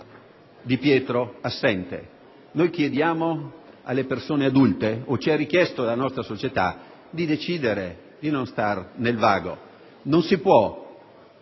Di Pietro, assente, noi chiediamo alle persone adulte, o ci è richiesto dalla nostra società, di decidere e di non stare nel vago. Non si può